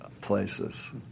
places